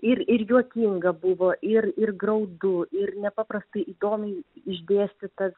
ir ir juokinga buvo ir ir graudu ir nepaprastai įdomiai išdėstyta